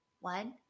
One